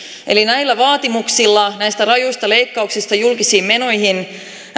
eli näillä vaatimuksilla näistä rajuista leikkauksista julkisiin menoihin